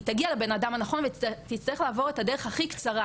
היא תגיע לבן אדם הנכון ותצטרך לעבור את הדרך הכי קצרה,